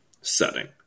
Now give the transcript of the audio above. setting